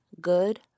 good